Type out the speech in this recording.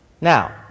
Now